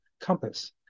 compass